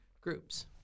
groups